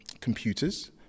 computers